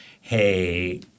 Hey